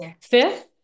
Fifth